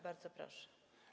Bardzo proszę.